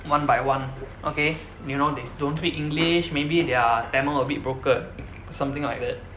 one by one okay you know they don't speak english maybe their tamil a bit broken something like that